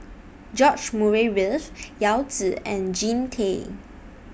George Murray Reith Yao Zi and Jean Tay